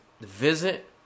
visit